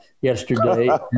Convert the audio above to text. yesterday